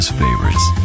favorites